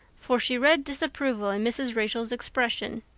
for she read disapproval in mrs. rachel's expression.